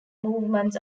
movements